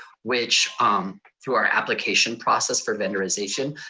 which through our application process for vendorization,